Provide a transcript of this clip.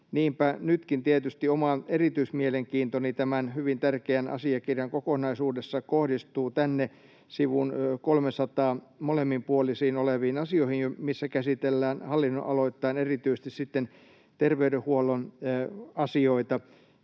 Niinpä nytkin tietysti oma erityismielenkiintoni tämän hyvin tärkeän asiakirjan kokonaisuudessa kohdistuu näihin sivun 300 molemmin puolin oleviin asioihin, missä käsitellään hallinnonaloittain erityisesti terveydenhuollon asioita.